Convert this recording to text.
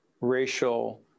racial